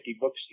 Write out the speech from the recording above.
books